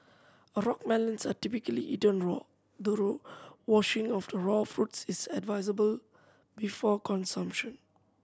a rock melons are typically eaten raw thorough washing of the raw fruits is advisable before consumption